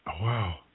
Wow